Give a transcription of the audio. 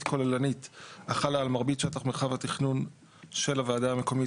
כוללנית החלה על מרבית שטח מרחב התכנון של הוועדה המקומית,